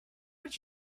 did